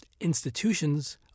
institutions